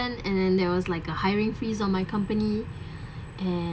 and then there was like a hiring freeze on my company and